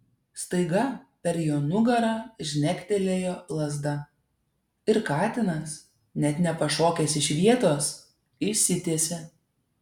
staiga per jo nugarą žnektelėjo lazda ir katinas net nepašokęs iš vietos išsitiesė